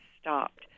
stopped